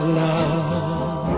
love